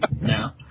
now